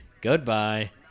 Goodbye